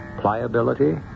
Pliability